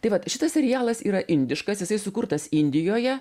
tai vat šitas serialas yra indiškas jisai sukurtas indijoje